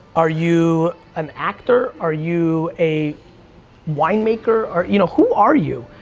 are you an actor? are you a wine maker? or you know, who are you?